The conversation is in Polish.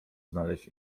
znaleźć